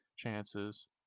chances